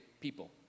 people